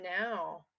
now